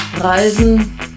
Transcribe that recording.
Reisen